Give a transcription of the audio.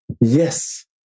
Yes